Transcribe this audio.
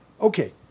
okay